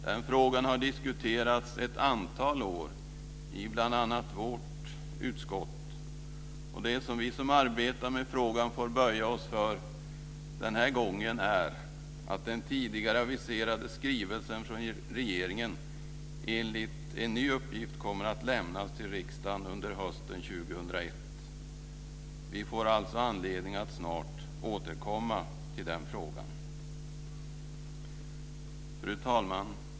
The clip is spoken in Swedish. Den frågan har diskuterats ett antal år i bl.a. vårt utskott, och det som vi som arbetar med frågan får böja oss för den här gången är att den tidigare aviserade skrivelsen från regeringen enligt en ny uppgift kommer att lämnas till riksdagen under hösten 2001. Vi får alltså anledning att snart återkomma till den frågan. Fru talman!